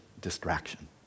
distraction